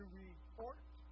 report